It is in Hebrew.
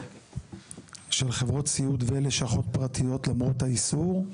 של חברות סיעוד ולשכות פרטיות למרות האיסור.